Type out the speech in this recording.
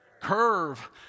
curve